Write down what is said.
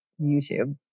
YouTube